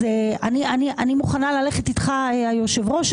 אני מוכנה ללכת איתך, היושב-ראש.